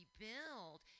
rebuild